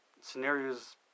scenarios